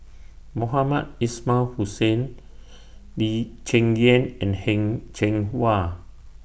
Mohamed Ismail Hussain Lee Cheng Yan and Heng Cheng Hwa